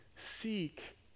Seek